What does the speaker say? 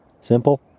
simple